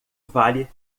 vale